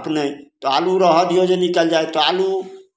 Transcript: अपने तऽ आलू रहय दियौ जे निकलि जाए तऽ आलू